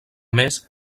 més